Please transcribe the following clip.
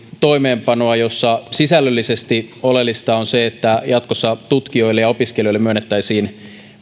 toimeenpanoa jossa sisällöllisesti oleellista on se että jatkossa tutkijoille ja opiskelijoille myönnettäisiin